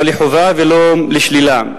לא לחיוב ולא לשלילה,